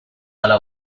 hala